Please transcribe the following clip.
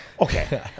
Okay